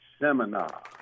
seminar